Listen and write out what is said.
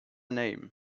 name